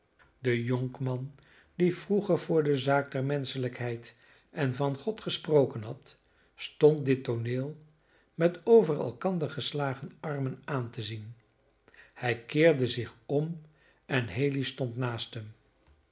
de jonkman die vroeger voor de zaak der menschelijkheid en van god gesproken had stond dit tooneel met over elkander geslagen armen aan te zien hij keerde zich om en haley stond naast hem